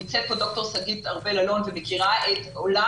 נמצאת כאן דוקטור שגית ארבל אלון שמכירה את עולם